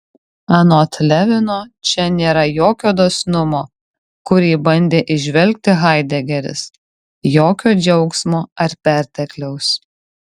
anot levino čia nėra jokio dosnumo kurį bandė įžvelgti haidegeris jokio džiaugsmo ar pertekliaus